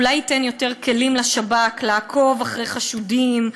אולי ייתן יותר כלים לשב"כ לעקוב אחרי חשודים,